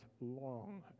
long